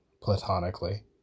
platonically